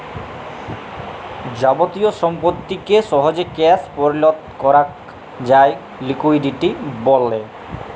যাবতীয় সম্পত্তিকে সহজে ক্যাশ পরিলত করাক যায় লিকুইডিটি ব্যলে